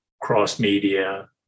cross-media